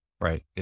right